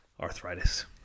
Arthritis